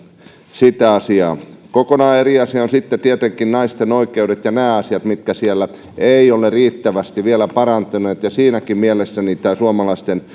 sitä asiaa sitten kokonaan eri asia on tietenkin naisten oikeudet ja nämä asiat mitkä siellä eivät ole vielä riittävästi parantuneet siinäkin mielessä suomalaisten